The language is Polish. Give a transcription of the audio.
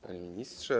Panie Ministrze!